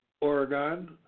Oregon